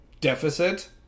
deficit